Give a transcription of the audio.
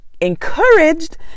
encouraged